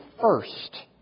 first